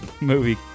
movie